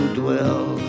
dwell